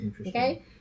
Okay